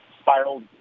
spiraled